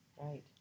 Right